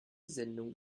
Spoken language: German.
sendung